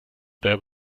there